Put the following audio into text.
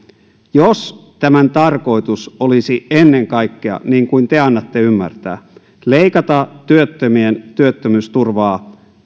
jos tämän tarkoitus olisi ennen kaikkea niin kuin te annatte ymmärtää leikata työttömien työttömyysturvaa